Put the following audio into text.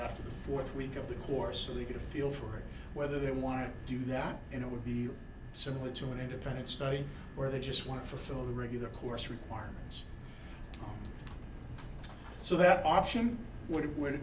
after the fourth week of the course so they get a feel for whether they want to do that and it would be similar to an independent study where they just want to fulfill the regular course requirements so that option would